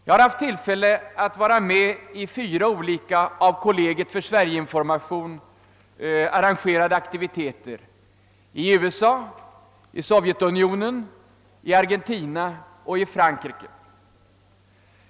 Jag har haft tillfälle att vara med i fyra olika av kollegiet för Sverigeinformation arrangerade aktiviteter — i USA, i Sovjetunionen, i Argentina och i Frankrike.